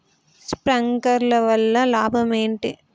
Sprinkler వల్ల లాభం ఏంటి?